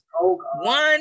One